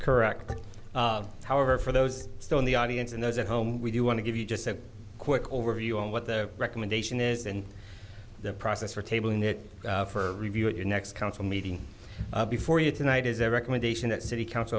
correct however for those still in the audience and those at home we do want to give you just a quick overview on what the recommendation is and the process for table in there for review at your next council meeting before you tonight is a recommendation that city council